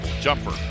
Jumper